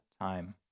time